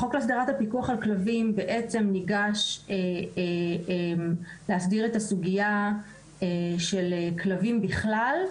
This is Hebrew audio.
החוק להסדרת הפיקוח על כלבים ניגש להסדיר את הסוגיה של כלבים בכלל,